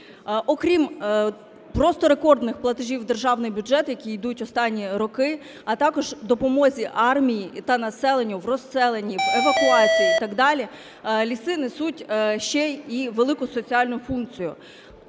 Окрім просто рекордних платежів в державний бюджет, які йдуть останні роки, а також допомозі армії та населенню в розселенні, в евакуації і так далі, ліси несуть ще і велику соціальну функцію.